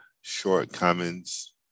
shortcomings